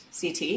CT